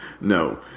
No